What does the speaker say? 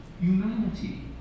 humanity